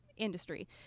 industry